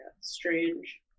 strange